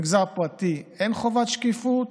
במגזר פרטי אין חובת שקיפות.